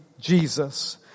Jesus